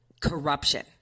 corruption